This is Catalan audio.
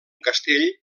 castell